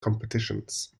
competitions